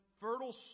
fertile